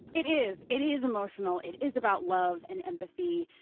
it is. it is emotional. it is about love and empathy.